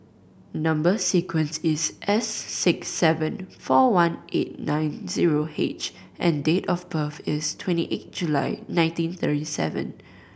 number sequence is S six seven four one eight nine zero H and date of birth is twenty eight July nineteen thirty seven